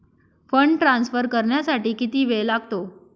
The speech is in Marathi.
फंड ट्रान्सफर करण्यासाठी किती वेळ लागतो?